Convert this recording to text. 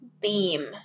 beam